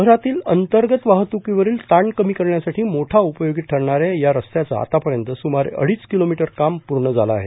शहरातील अंतर्गत वाहतुकीवरील ताण कमी करण्यासाठी मोठा उपयोगी ठरणाऱ्या या रस्त्याचं आतापर्यंत सुमारे अडीच किलो मीटर काम पूर्ण झालं आहे